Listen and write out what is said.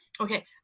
Okay